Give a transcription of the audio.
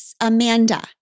Amanda